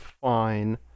fine